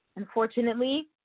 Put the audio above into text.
Unfortunately